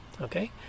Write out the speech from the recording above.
okay